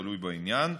תלוי בעניין,